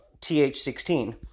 TH16